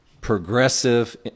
progressive